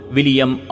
William